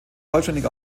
vollständig